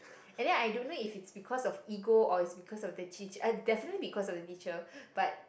and then I don't know if it's because of ego or is because of the definitely because of the teacher but